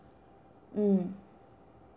mm